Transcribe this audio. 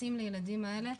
מתייחסים לילדים האלה,